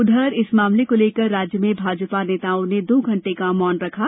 उधर इस मामले को लेकर राज्य में भाजपा नेताओं ने दो घण्टे का मौन रखा